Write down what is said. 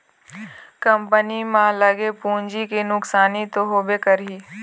company म लगे पूंजी के नुकसानी तो होबे करही